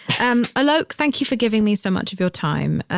and alok, thank you for giving me so much of your time.